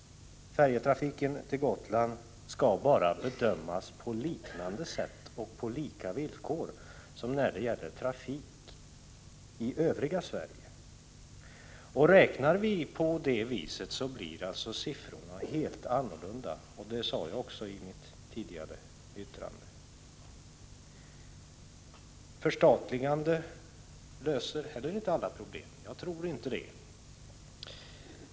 Färjetrafiken till Gotland skall bedömas på liknande sätt och skall ske på samma villkor som trafiken i övriga Sverige. Räknar vi på det viset blir siffrorna helt andra — det sade jag också i mitt tidigare anförande. Förstatligande löser inte heller alla problem — jag tror inte det.